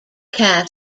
cast